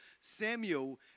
Samuel